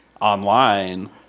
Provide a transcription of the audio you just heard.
online